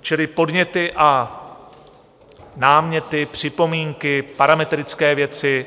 Čili podněty a náměty, připomínky, parametrické věci